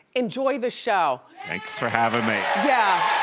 enjoy the show. thanks for havin' me. yeah,